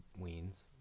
Weens